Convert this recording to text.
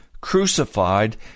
crucified